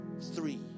three